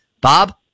Bob